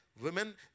women